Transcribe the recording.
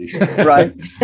right